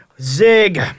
Zig